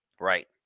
Right